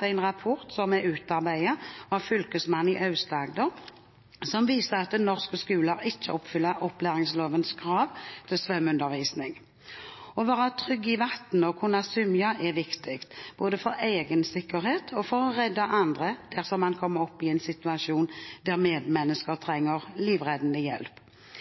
til en rapport som er utarbeidet av Fylkesmannen i Aust-Agder, som viser at norske skoler ikke oppfyller opplæringslovens krav til svømmeundervisning. Å være trygg i vann og å kunne svømme er viktig, både for egen sikkerhet og for å redde andre dersom man kommer opp i en situasjon der medmennesker trenger livreddende hjelp.